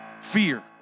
Fear